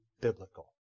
biblical